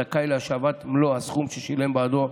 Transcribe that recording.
זכאי להשבת מלוא הסכום ששילם בעדו,